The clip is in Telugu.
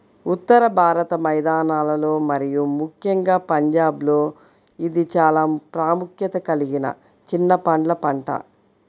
ఉత్తర భారత మైదానాలలో మరియు ముఖ్యంగా పంజాబ్లో ఇది చాలా ప్రాముఖ్యత కలిగిన చిన్న పండ్ల పంట